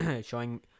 showing